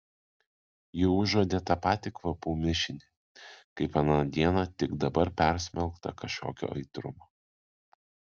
ji užuodė tą patį kvapų mišinį kaip aną dieną tik dabar persmelktą kažkokio aitrumo